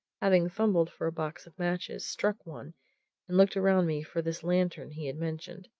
having fumbled for a box of matches, struck one and looked around me for this lantern he had mentioned.